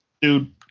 dude